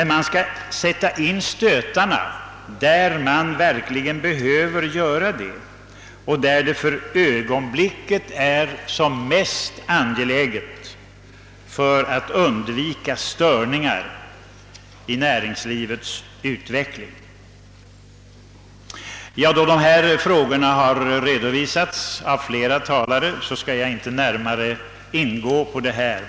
Man skall sätta in stötarna där det verkligen behövs och där det för ögonblicket är mest angeläget för att undvika störningar i näringslivets utveckling. Eftersom dessa frågor redan har behandlats av flera talare skall jag nu inte närmare ingå på dem.